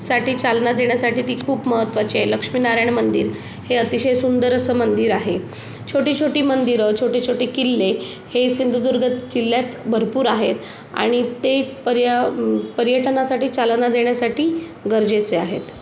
साठी चालना देण्यासाठी ती खूप महत्वाची आहे लक्ष्मीारायण मंदिर हे अतिशय सुंदर असं मंदिर आहे छोटी छोटी मंदिरं छोटे छोटे किल्ले हे सिंधुदुर्ग किल्ल्यात भरपूर आहेत आणि ते पर्या पर्यटनासाठी चालना देण्यासाठी गरजेचे आहेत